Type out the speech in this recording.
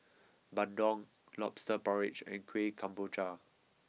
Bandung Lobster Porridge and Kueh Kemboja